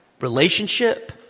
relationship